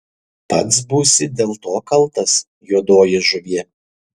pats būsi dėl to kaltas juodoji žuvie